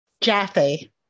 Jaffe